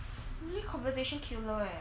really conversation killer eh